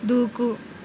దూకు